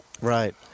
Right